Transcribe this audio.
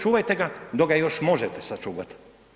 Čuvajte ga dok ga još možete sačuvati.